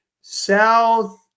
South